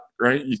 right